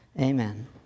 Amen